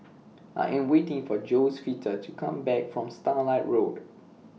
I Am waiting For Josefita to Come Back from Starlight Road